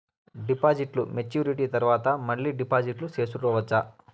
డిపాజిట్లు మెచ్యూరిటీ తర్వాత మళ్ళీ డిపాజిట్లు సేసుకోవచ్చా?